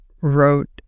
wrote